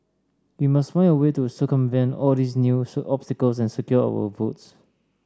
we must find a way to circumvent all these new obstacles and secure our votes